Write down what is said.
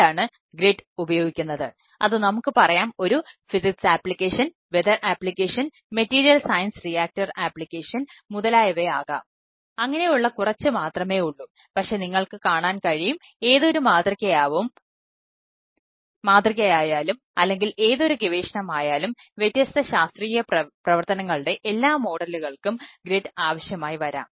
ആരാണ് ഗ്രിഡ് ആവശ്യമായി വരാം